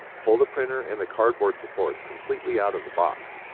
pull the printer and the cardboard supports completely out of the box.